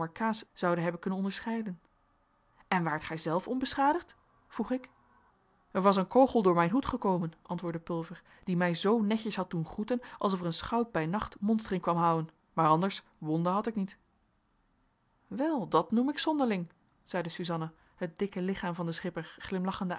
zouden hebben kunnen onderscheiden en waart gij zelf onbeschadigd vroeg ik er was een kogel door mijn hoed gekomen antwoordde pulver die mij zoo netjes had doen groeten alsof er een schout bij nacht monstering kwam houen maar anders wonden had ik niet wel dat noem ik zonderling zeide suzanna het dikke lichaam van den schipper glimlachende